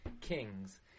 kings